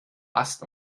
ast